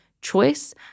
choice